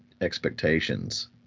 expectations